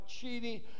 cheating